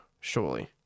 Surely